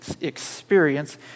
experience